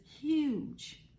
huge